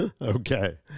Okay